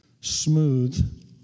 smooth